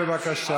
תשב בבקשה.